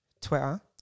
Twitter